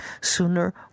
sooner